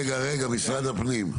משרד הפנים כאן?